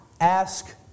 ask